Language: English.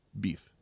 beef